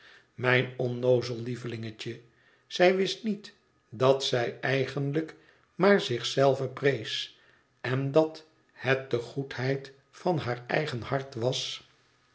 mijn onnoozel lievelingetje zij wist niet dat zij eigenlijk maar zich zelve prees en dat het de goedheid van haar eigen hart was